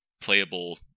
playable